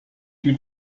due